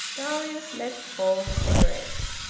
darius let fall the cigarette,